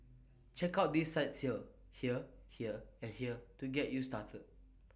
check out these sites here here here and here to get you started